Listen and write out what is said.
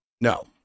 No